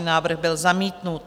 Návrh byl zamítnut.